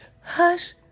hush